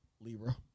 Libra